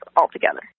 altogether